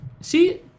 See-